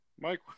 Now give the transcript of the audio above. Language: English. Mike